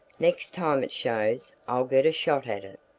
next time it shows, i'll get a shot at it.